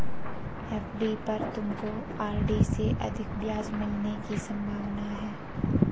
FD पर तुमको RD से अधिक ब्याज मिलने की संभावना है